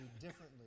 differently